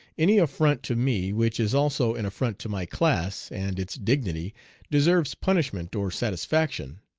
any affront to me which is also an affront to my class and its dignity deserves punishment or satisfaction.